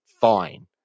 fine